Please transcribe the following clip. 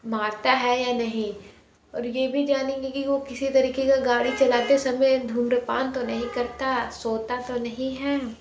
मारता है या नहीं और ये भी जानेंगे कि वो किसी तरीके का गाड़ी चलाते समय धूम्रपान तो नहीं करता सोता तो नहीं है